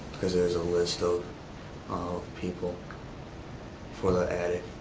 because there's a list of of people for the attic,